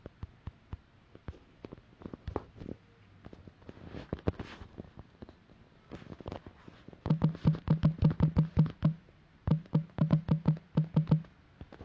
and then I started playing at the centre central midfield and I went to centre back so it's kind of like I started from the top then after that I went to the middle then I went back to the defence